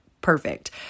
perfect